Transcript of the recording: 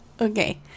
Okay